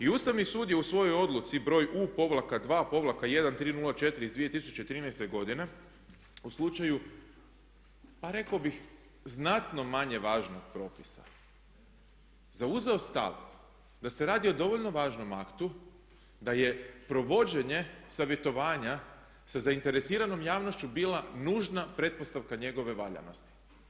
I Ustavni sud je u svojoj odluci broj U-2-1304. iz 2013. godine u slučaju, pa rekao bih, znatno manje važnog propisa zauzeo stav da se radi o dovoljno važnom aktu da je provođenje savjetovanja sa zainteresiranom javnošću bila nužna pretpostavka njegove valjanosti.